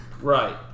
Right